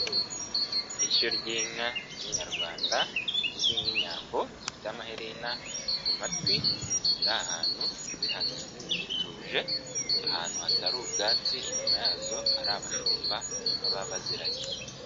Ishyo ry'inka z'inyarwanda zizwi nk'inyambo zifite amaherena ku matwi ziri ahantu zihagaze zituje, ahantu hatari ubwatsi inyuma yazo hari abashumba baba baziragi.